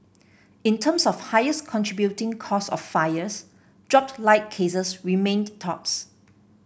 in terms of highest contributing cause of fires dropped light cases remained tops